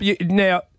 Now